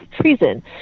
treason